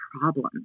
problem